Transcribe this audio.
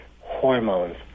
hormones